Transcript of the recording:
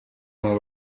n’uwo